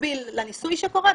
במקביל לניסוי שקורה,